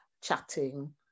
chatting